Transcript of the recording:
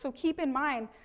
so keep in mind,